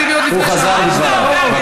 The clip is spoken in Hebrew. הוא חזר בו מדבריו.